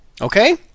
Okay